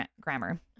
grammar